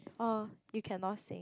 orh you cannot sing